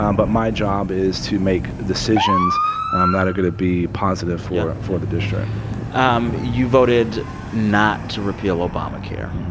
um but my job is to make decisions um that are going to be positive for for the district um you voted not to repeal obamacare,